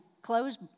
close